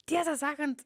tiesą sakant